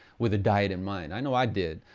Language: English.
with a diet in mind. i know i did.